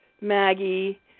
Maggie